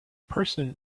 person